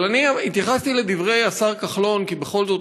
אבל אני התייחסתי לדברי השר כחלון כי בכל זאת,